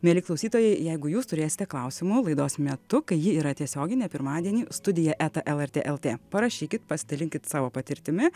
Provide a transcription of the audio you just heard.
mieli klausytojai jeigu jūs turėsite klausimų laidos metu kai ji yra tiesioginė pirmadienį studija eta lrt lt parašykit pasidalinkit savo patirtimi